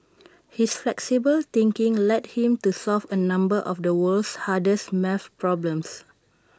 his flexible thinking led him to solve A number of the world's hardest math problems